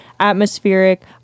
atmospheric